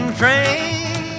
train